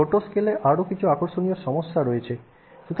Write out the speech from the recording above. ছোট স্কেলে আরও কিছু আকর্ষণীয় সমস্যা আছে